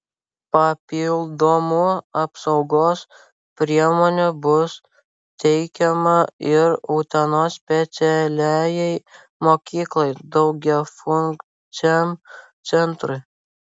papildomų apsaugos priemonių bus teikiama ir utenos specialiajai mokyklai daugiafunkciam centrui